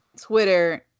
Twitter